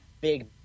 big